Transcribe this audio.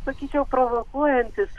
sakyčiau provokuojantis